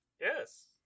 Yes